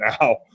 now